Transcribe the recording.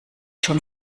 schon